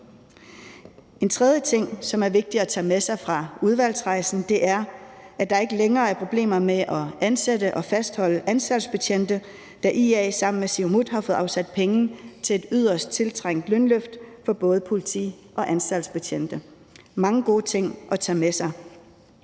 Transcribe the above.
En tredje ting, det er vigtigt at tage med sig fra udvalgsrejsen, er, at der ikke længere er problemer med at ansætte og fastholde anstaltsbetjente, da IA sammen med Siumut har fået afsat penge til et yderst tiltrængt lønløft for både politi- og anstaltsbetjente. Der er mange gode ting at tage med sig.